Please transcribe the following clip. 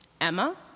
Emma